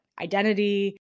identity